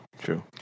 True